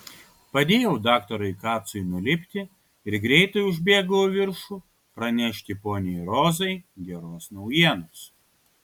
padėjau daktarui kacui nulipti ir greitai užbėgau į viršų pranešti poniai rozai geros naujienos